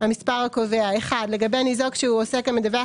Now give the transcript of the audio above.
"המספר הקובע" לגבי ניזוק שהוא עוסק המדווח